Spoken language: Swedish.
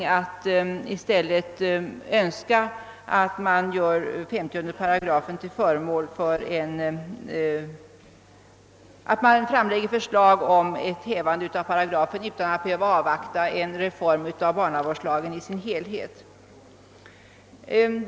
Tvärtom bör man kunna framlägga förslag om hävande av 50 8 utan att avvakta en reform av barnavårdslagen i dess helhet.